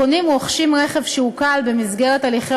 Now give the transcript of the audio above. קונים רוכשים רכב שעוקל במסגרת הליכי